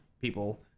people